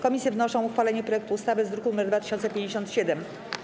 Komisje wnoszą o uchwalenie projektu ustawy z druku nr 2057.